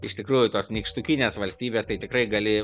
iš tikrųjų tos nykštukinės valstybės tai tikrai gali